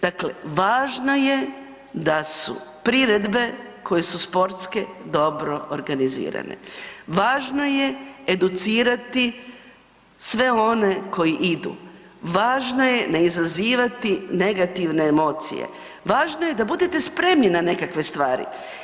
Dakle, važno je da su priredbe koje su sportske dobro organizirane, važno je educirati sve one koji idu, važno je ne izazivati negativne emocije, važno je da budete spremni na nekakve stvari.